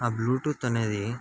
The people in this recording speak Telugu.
ఆ బ్లూటూత్ అనేది